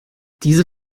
diese